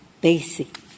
basic